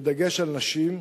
בדגש על נשים,